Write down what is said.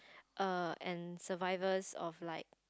err and survivors of like